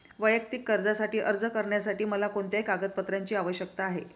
वैयक्तिक कर्जासाठी अर्ज करण्यासाठी मला कोणत्या कागदपत्रांची आवश्यकता आहे?